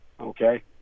Okay